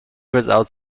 without